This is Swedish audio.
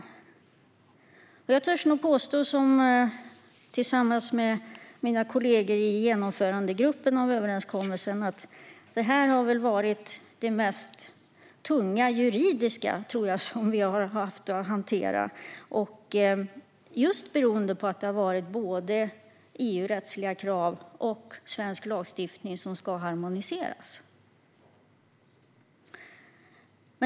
Jag törs nog påstå, tillsammans med mina kollegor i överenskommelsens genomförandegrupp, att detta har varit det mest juridiskt tunga som vi har haft att hantera, just beroende på att EU-rättsliga krav och svensk lagstiftning ska harmoniseras.